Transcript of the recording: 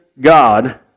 God